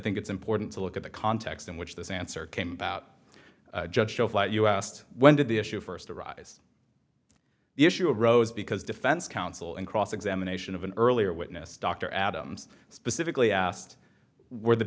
think it's important to look at the context in which this answer came about judge joe flight you asked when did the issue first arise issue arose because defense counsel in cross examination of an earlier witness dr adams specifically asked where the